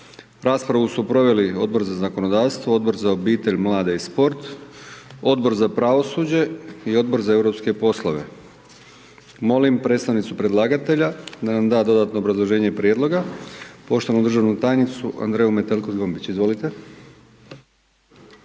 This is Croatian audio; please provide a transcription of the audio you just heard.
Raspravu su proveli Odbor za zakonodavstvo, Odbor za obitelj, mlade i sport, Odbor za pravosuđe i Odbor za europske poslove. Molim predstavnicu predlagatelja da nam da dodatno obrazloženje prijedloga, poštovanu državnu tajnicu Andreju Metelko Zgombić, izvolite.